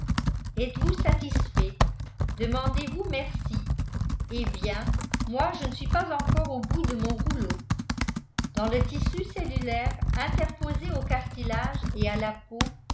êtes-vous satisfait demandez-vous merci eh bien moi je ne suis pas encore au bout de mon rouleau dans le tissu cellulaire interposé au cartilage et à la peau